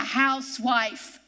housewife